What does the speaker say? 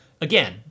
again